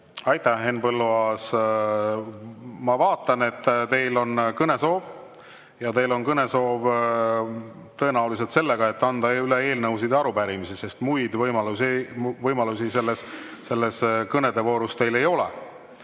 Aitäh, Henn Põlluaas! Ma vaatan, et teil on kõnesoov, ja teie kõnesoov on tõenäoliselt seotud sellega, et anda üle eelnõu või arupärimine, sest muid võimalusi selles kõnede voorus teil ei ole.